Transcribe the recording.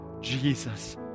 Jesus